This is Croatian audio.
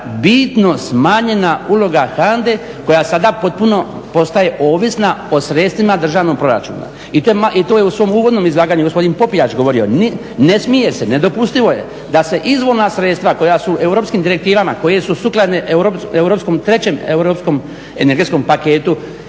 bitno smanjena uloga HANDA-e koja sada potpuno postaje ovisna o sredstvima državnog proračuna i to je u svom uvodnom izlaganju gospodin Popijač govorio. Ne smije se, nedopustivo je da se izvorna sredstva koja su europskim direktivama koje su sukladne trećem europskom energetskom paketu